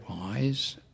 wise